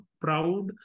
proud